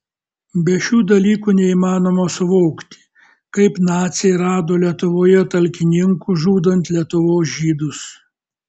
be šių dalykų neįmanoma suvokti kaip naciai rado lietuvoje talkininkų žudant lietuvos žydus